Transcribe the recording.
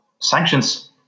sanctions